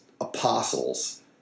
apostles